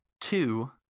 two